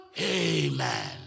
amen